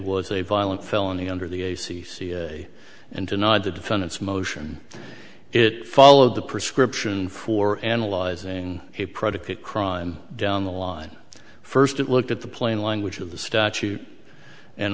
was a violent felony under the a c c and denied the defendant's motion it followed the prescription for analyzing a predicate crime down the line first it looked at the plain language of the statute and